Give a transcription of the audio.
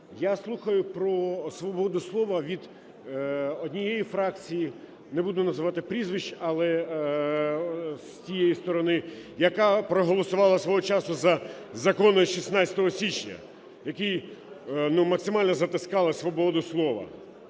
Я слухаю про свободу слова від однієї фракції, не буду називати прізвищ, але з цієї сторони, яка проголосувала свого часу за "закони 16 січня", які максимально затискали свободу слова.